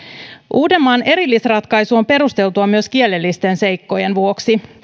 uudenmaan erillisratkaisu on perusteltu myös kielellisten seikkojen vuoksi